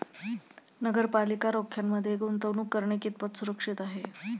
नगरपालिका रोख्यांमध्ये गुंतवणूक करणे कितपत सुरक्षित आहे?